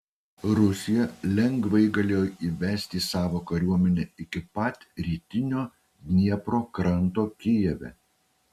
rusija lengvai galėjo įvesti savo kariuomenę iki pat rytinio dniepro kranto kijeve